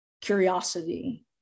curiosity